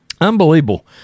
Unbelievable